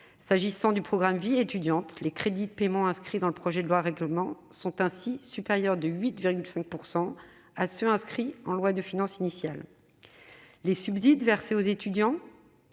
S'agissant du programme 231, « Vie étudiante », les crédits de paiement inscrits dans le projet de loi de règlement sont ainsi supérieurs de 8,5 % à ceux qui figuraient en loi de finances initiale. Les subsides versés aux étudiants